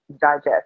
digest